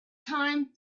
time